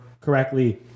correctly